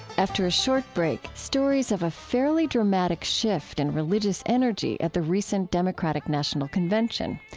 after a short break, stories of a fairly dramatic shift in religious energy at the recent democratic national convention.